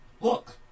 look